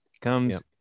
Comes